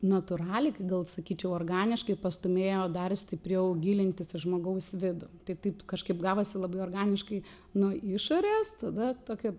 natūraliai kai gal sakyčiau organiškai pastūmėjo dar stipriau gilintis į žmogaus vidų tai taip kažkaip gavosi labai organiškai nuo išorės tada tokio